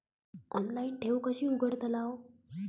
Online ठेव कशी उघडतलाव?